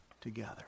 together